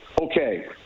Okay